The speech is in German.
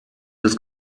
des